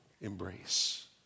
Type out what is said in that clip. embrace